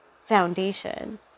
foundation